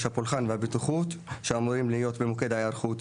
הפולחן והבטיחות שאמורים להיות במוקד ההיערכות.